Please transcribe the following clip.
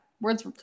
Words